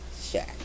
sure